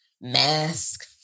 Mask